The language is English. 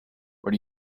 what